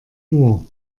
uhr